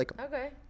Okay